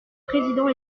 président